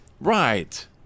Right